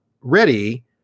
ready